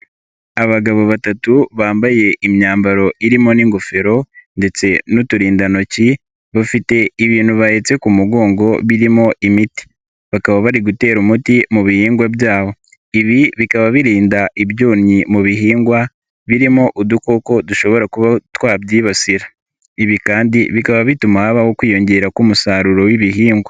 Abagabo batatu bambaye imyambaro irimo n'ingofero ndetse n'uturindantoki, bafite ibintu bahetse ku mugongo birimo imiti. Bakaba bari gutera umuti mu bihingwa byabo. Ibi bikaba birinda ibyonyi mu bihingwa, birimo udukoko dushobora kuba twabyibasira. Ibi kandi bikaba bituma habaho kwiyongera k'umusaruro w'ibihingwa.